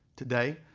today,